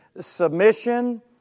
submission